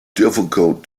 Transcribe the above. difficult